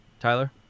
Tyler